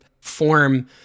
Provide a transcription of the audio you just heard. form